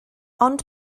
ond